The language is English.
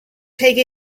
take